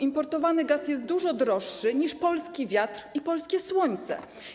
Importowany gaz jest dużo droższy niż polski wiatr i polskie słońce.